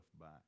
back